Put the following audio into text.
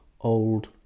old